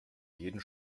jeden